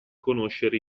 conoscere